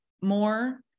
more